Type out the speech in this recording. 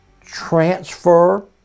transfer